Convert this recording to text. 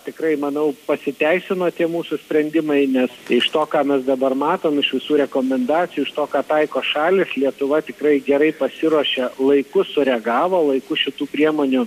tikrai manau pasiteisino tie mūsų sprendimai nes iš to ką mes dabar matom iš visų rekomendacijų iš to ką taiko šalys lietuva tikrai gerai pasiruošė laiku sureagavo laiku šitų priemonių